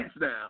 now